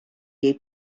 jej